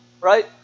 right